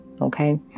okay